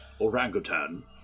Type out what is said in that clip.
Orangutan